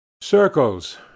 Circles